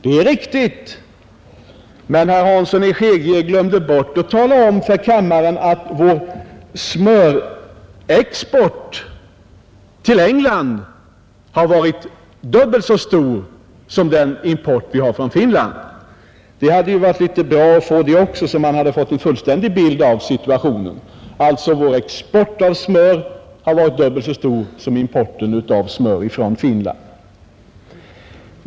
Det är riktigt, men herr Hansson i Skegrie glömde bort att tala om för kammaren att vår smörexport till England har varit dubbelt så stor som vår import från Finland. Det hade ju varit bra att få veta det också, så att man hade fått en fullständig bild av situationen. Jag upprepar: Vår export av smör har varit dubbelt så stor som importen från Finland.